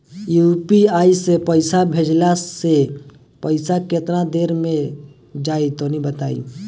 UPI से पईसा भेजलाऽ से पईसा केतना देर मे जाई तनि बताई?